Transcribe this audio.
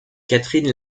catherine